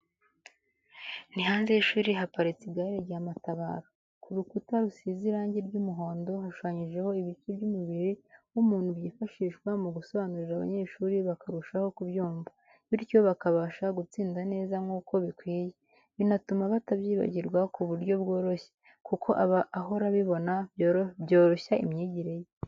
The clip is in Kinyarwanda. Ni hanze y'ishuri haparitse igare rya matabaro, ku rukuta rusize irange ry'umuhondo hashushanyije ibice by'umubiri w'umuntu byifashishwa mu gusobanurira abanyeshuri bakarushaho kubyumva, bityo bakabasha gutsinda neza nkuko bikwiye, binatuma batabyibagirwa ku buryo bworoshye, kuko aba ahora abibona byoroshya imyigire ye.